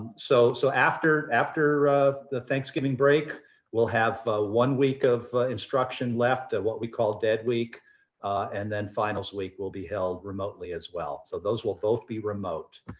so so after after the thanksgiving break we'll have ah one week of instruction left of what we call dead week and then finals week will be held remotely as well. so those will both be remote.